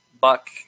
Buck